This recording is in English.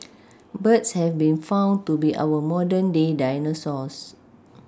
birds have been found to be our modern day dinosaurs